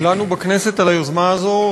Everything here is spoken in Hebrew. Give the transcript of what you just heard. לנו בכנסת על היוזמה הזאת,